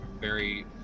very-